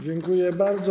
Dziękuję bardzo.